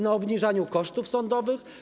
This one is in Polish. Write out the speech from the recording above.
Na obniżaniu kosztów sądowych?